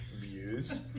views